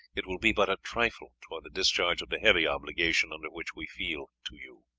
it will be but a trifle towards the discharge of the heavy obligation under which we feel to you.